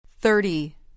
Thirty